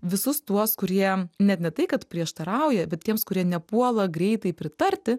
visus tuos kurie net ne tai kad prieštarauja bet tiems kurie nepuola greitai pritarti